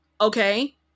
okay